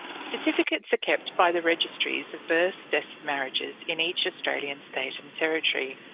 certificates are kept by the registries of births, deaths and marriages in each australian state and territory.